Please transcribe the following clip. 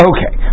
Okay